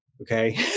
okay